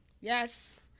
yes